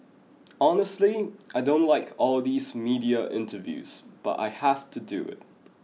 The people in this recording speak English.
honestly I don't like all these media interviews but I have to do it